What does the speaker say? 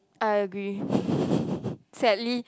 I agree sadly